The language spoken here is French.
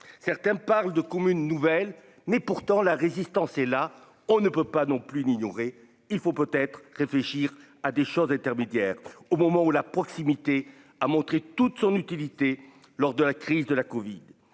certains parlent de communes nouvelle n'est pourtant la résistance et là on ne peut pas non plus n'ignorait il faut peut-être réfléchir à des choses intermédiaires au moment où la proximité a montré toute son utilité lors de la crise de la Covid